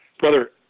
brother